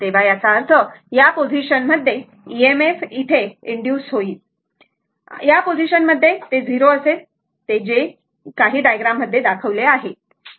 तर याचा अर्थ या पोझीशनमध्ये ते EMF इथे इनड्युस होईल या पोझीशनमध्ये ते 0 असेल ते जे की जे काही डायग्राम मध्ये दाखवले आहे ते